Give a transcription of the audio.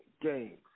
games